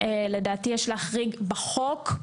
לדעתי יש להחריג בחוק.